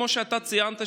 וכמו שאתה ציינת,